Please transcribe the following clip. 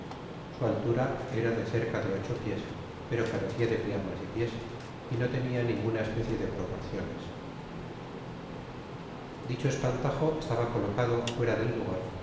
su altura era de cerca de ocho pies pero carecia de piernas y pies y no tenia ninguna especie de proporciones dicho espantajo estaba colocado fuera del lugar